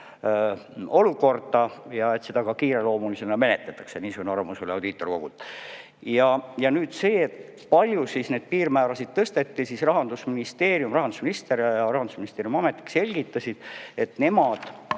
olukorda ja et seda ka kiireloomulisena menetletakse – niisugune arvamus oli Audiitorkogult. Nüüd see, et palju siis neid piirmäärasid tõsteti. Rahandusministeerium, rahandusminister ja Rahandusministeeriumi ametnik, selgitasid, et nemad